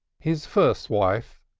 his first wife,